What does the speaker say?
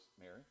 Mary